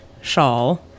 shawl